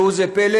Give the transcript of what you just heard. ראו זה פלא,